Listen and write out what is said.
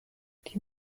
die